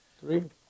Three